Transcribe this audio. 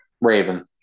Raven